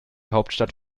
hauptstadt